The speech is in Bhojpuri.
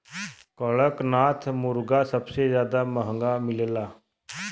कड़कनाथ मुरगा सबसे जादा महंगा मिलला